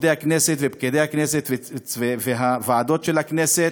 עובדי הכנסת, ופקידי הכנסת והוועדות של הכנסת.